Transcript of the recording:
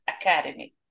academy